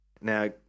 Now